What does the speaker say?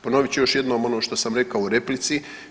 Ponovit ću još jednom ono što sam rekao u replici.